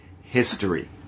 history